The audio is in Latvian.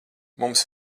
mums